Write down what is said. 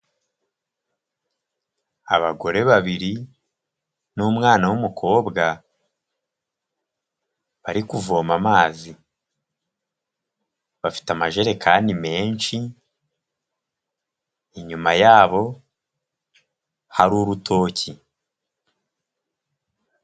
Abagore babiri n'umwana w'umukobwa, bari kuvoma amazi, bafite amajerekani menshi inyuma yabo hari urutoki.